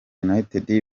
united